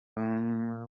kugenda